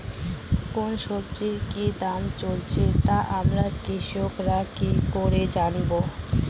কোন সব্জির কি দাম চলছে তা আমরা কৃষক রা কি করে বুঝবো?